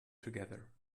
together